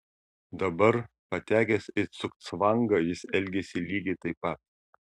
dabar patekęs į cugcvangą jis elgiasi lygiai taip pat